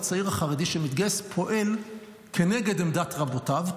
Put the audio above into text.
הצעיר החרדי שמתגייס פועל כנגד עמדת רבותיו,